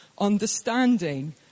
understanding